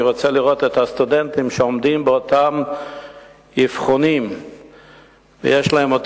אני רוצה לראות את הסטודנטים שעומדים באותם מבחנים ויש להם אותו